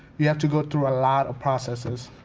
you have to go through a lot of processes.